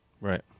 Right